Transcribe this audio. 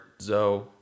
Zoe